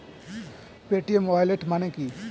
Paytm wallet মানে কি?